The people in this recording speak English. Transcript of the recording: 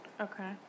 Okay